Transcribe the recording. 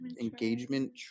Engagement